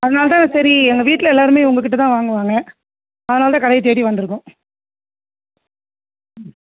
அதனால தான் சரி எங்கள் வீட்டில் எல்லாருமே உங்கள்கிட்தான் வாங்குவாங்க அதனால தான் கடையை தேடி வந்துருக்கோம் ம்